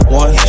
one